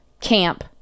camp